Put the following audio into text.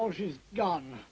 oh she's gone